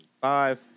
five